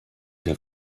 der